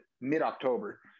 mid-october